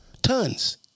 Tons